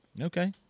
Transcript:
Okay